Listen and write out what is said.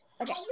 Okay